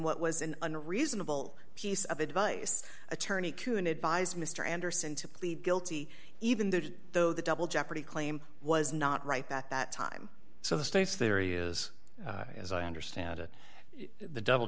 what was an unreasonable piece of advice attorney kuhn advised mr anderson to plead guilty even though the double jeopardy claim was not right at that time so the state's theory is as i understand it the double